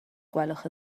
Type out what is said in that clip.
gwelwch